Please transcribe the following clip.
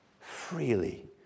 Freely